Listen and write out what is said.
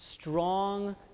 strong